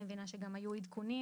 אני מבינה שגם היו עדכונים.